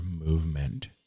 movement